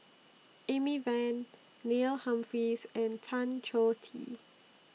Amy Van Neil Humphreys and Tan Choh Tee